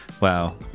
Wow